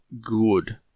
good